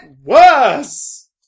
worse